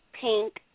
pink